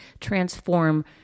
transform